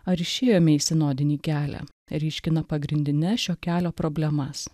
ar išėjome į sinodinį kelią ryškina pagrindines šio kelio problemas